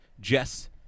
Jess